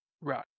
Right